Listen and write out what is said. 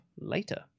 later